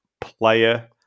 Player